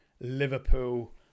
Liverpool